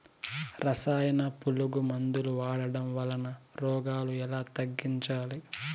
రసాయన పులుగు మందులు వాడడం వలన రోగాలు ఎలా తగ్గించాలి?